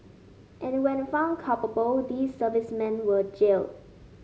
and when found culpable these servicemen were jail